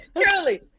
Truly